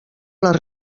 les